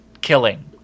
killing